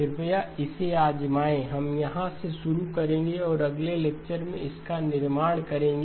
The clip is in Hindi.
कृपया इसे आज़माएं हम यहां से शुरू करेंगे और अगले लेक्चर में इसका निर्माण करेंगे